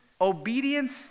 obedience